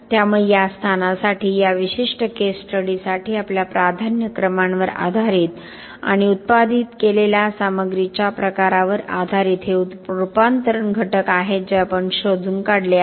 त्यामुळे या स्थानासाठी या विशिष्ट केस स्टडीसाठी आपल्या प्राधान्यक्रमांवर आधारित आणि उत्पादित केलेल्या सामग्रीच्या प्रकारावर आधारित हे रूपांतरण घटक आहेत जे आपण शोधून काढले आहेत